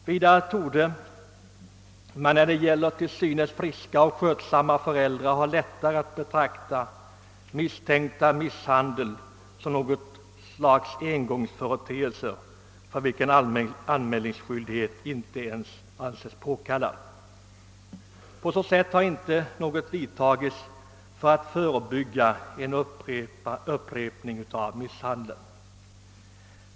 Vidare torde man när det gäller till synes friska och skötsamma föräldrar ha lättare att betrakta befarad misshandel som något slags engångsföreteelse, för vilken anmälningsskyldighet inte ens anses påkallad. Därför har ofta inte några åtgärder vidtagits för att förebygga en upprepning av misshandeln.